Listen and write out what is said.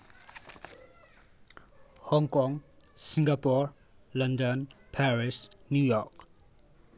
Hong Kong Singapore London Paris New York